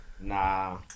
Nah